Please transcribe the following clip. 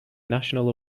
national